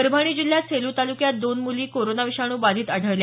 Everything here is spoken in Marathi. परभणी जिल्ह्याच्या सेलू तालुक्यात दोन मुली कोरोना विषाणू बाधित आढळल्या